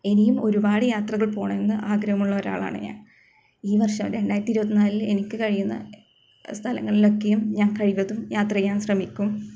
ഇനിയും ഒരുപാട് യാത്രകള് പോവണം എന്ന് ആഗ്രഹമുള്ള ഒരാളാണ് ഞാന് ഈ വര്ഷം രണ്ടായിരത്തി ഇരുപത്തി നാലില് എനിക്ക് കഴിയുന്ന സ്ഥലങ്ങളില് ഒക്കെയും ഞാന് കഴിവതും യാത്ര ചെയ്യാന് ശ്രമിക്കും